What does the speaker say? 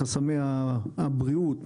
חסמי הבריאות,